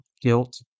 guilt